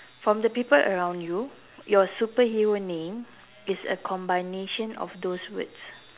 from the people around you your superhero name is a combination of those words